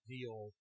Deal